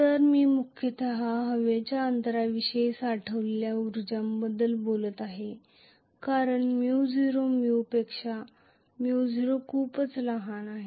तर मी मुख्यत हवेच्या अंतरांविषयी साठवलेल्या उर्जाबद्दल बोलत आहे कारण μ0μ पेक्षा μ0 खूपच लहान आहे